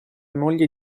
moglie